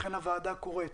לכן הוועדה קוראת